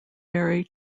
very